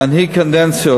להנהיג קדנציות.